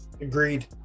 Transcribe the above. agreed